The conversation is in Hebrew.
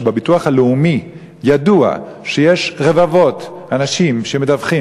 שבביטוח הלאומי ידוע שיש רבבות אנשים שמדווחים